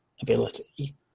ability